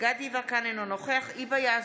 דסטה גדי יברקן, אינו נוכח היבה יזבק,